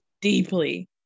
deeply